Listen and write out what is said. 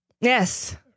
Yes